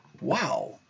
Wow